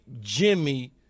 Jimmy